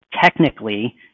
technically